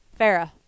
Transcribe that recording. Farah